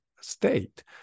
state